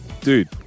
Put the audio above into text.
dude